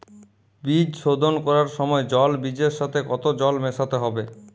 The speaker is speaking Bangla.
বীজ শোধন করার সময় জল বীজের সাথে কতো জল মেশাতে হবে?